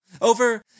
over